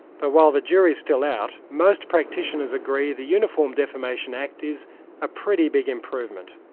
but while the jury's still out, most practitioners agree the uniform defamation act is a pretty big improvement,